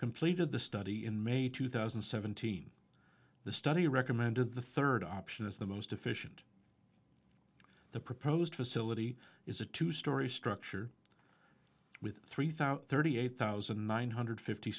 completed the study in may two thousand and seventeen the study recommended the third option is the most efficient the proposed facility is a two storey structure with three thousand thirty eight thousand nine hundred fifty